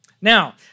Now